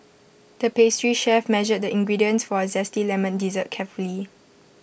the pastry chef measured the ingredients for A Zesty Lemon Dessert carefully